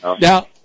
now